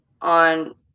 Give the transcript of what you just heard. on